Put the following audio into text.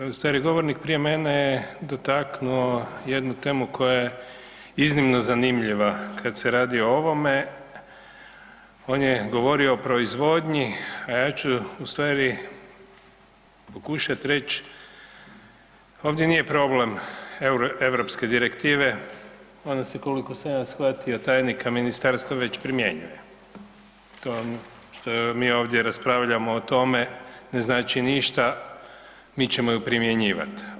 Evo ... govornik prije mene je dotaknuo jednu temu koja je iznimno zanimljiva kad se radi o ovome, on je govorio o proizvodnji, a ja ću u stvari pokušat reć' ovdje nije problem Europske Direktive, ona se, koliko sam ja shvatio tajnika Ministarstva već primjenjuje, to što mi ovdje raspravljamo o tome ne znači ništa, mi ćemo ju primjenjivat.